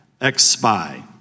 ex-spy